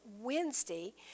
Wednesday